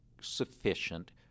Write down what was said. sufficient